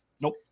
nope